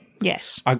Yes